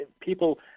People